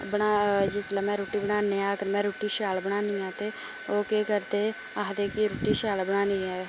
बना जिसलै में रुट्टी बनानी अगर में रुट्टी शैल बनानी हां ते ओह् केह् करदे आखदे कि रुट्टी शैल बनानी